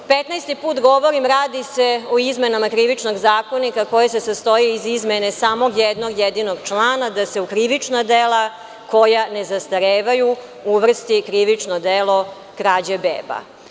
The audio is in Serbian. Petnaesti put govorim, radi se o izmenama Krivičnog zakonika koji se sastoji iz izmene samo jednog jedinog člana, da se u krivična dela koja ne zastarevaju, uvrsti krivično delo – krađa beba.